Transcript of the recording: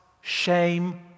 shame